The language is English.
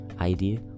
idea